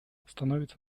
становится